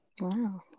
Wow